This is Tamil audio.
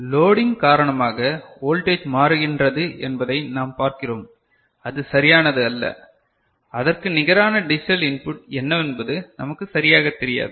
லோடிங் காரணமாக வோல்டேஜ் மாறுகின்றது என்பதை நாம் பார்க்கிறோம் அது சரியானது அல்ல அதற்கு நிகரான டிஜிட்டல் இன்புட் என்னவென்பது நமக்கு சரியாக தெரியாது